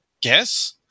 guess